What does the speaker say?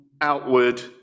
outward